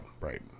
right